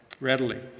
readily